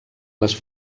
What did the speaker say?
les